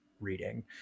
reading